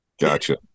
Gotcha